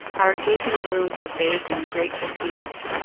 our gaping wounds are bathed in grateful tears.